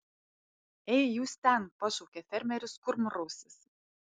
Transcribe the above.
ei jūs ten pašaukė fermeris kurmrausis